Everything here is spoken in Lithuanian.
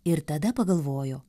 ir tada pagalvojo